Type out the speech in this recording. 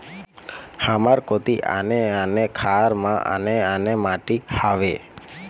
हमर कोती आने आने खार म आने आने माटी हावे?